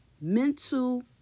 mental